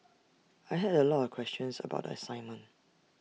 I had A lot of questions about the assignment